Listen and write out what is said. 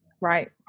Right